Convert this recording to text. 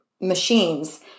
machines